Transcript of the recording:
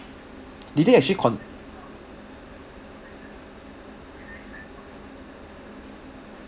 did they actually con~